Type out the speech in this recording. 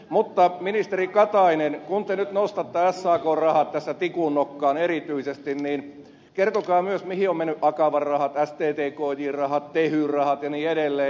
mutta ministeri katainen kun te nyt nostatte sakn rahat tässä tikun nokkaan erityisesti niin kertokaa myös mihin ovat menneet akavan rahat sttk jn rahat tehyn rahat ja niin edelleen